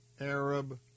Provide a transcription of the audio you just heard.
Arab